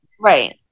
Right